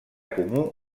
comú